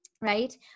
right